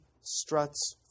struts